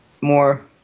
more